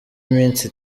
iminsi